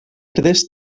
tres